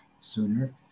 sooner